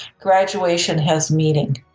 graduation has meaning.